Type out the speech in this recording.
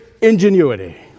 ingenuity